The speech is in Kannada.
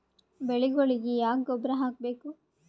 ಬೆಳಿಗೊಳಿಗಿ ಯಾಕ ಗೊಬ್ಬರ ಹಾಕಬೇಕು?